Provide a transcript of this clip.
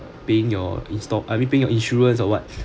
paying your install I mean playing your insurance or what